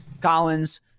Collins